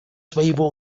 своего